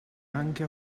anche